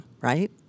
right